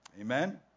Amen